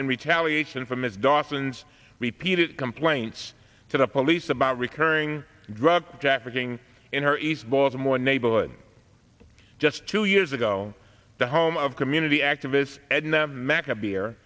in retaliation for ms dawson's repeated complaints to the police about recurring drug trafficking in her east baltimore neighborhood just two years ago the home of community activists